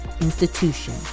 institution